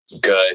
Good